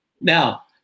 Now